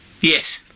Yes